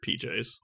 PJs